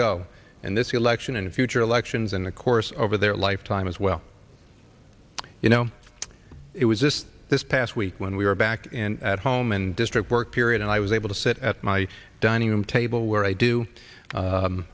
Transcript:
go in this election and future elections and of course over their lifetime as well you know it was just this past week when we were back at home and district work period and i was able to sit at my dining room table where i do